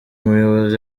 muyobozi